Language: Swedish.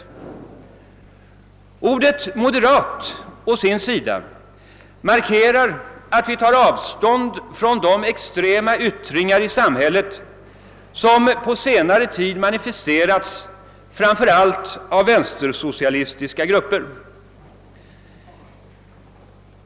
Ordet »moderat» å sin sida markerar att vi tar avstånd från de extrema yttringar i samhället som på senare tid manifesterats av framför allt vänstersocialistiska grupper.